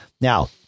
Now